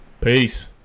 Peace